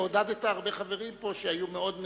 שעודדת הרבה חברים פה שהיו מאוד מדוכאים.